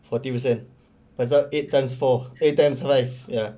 forty percent pasal eight times four eight times five ya